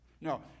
No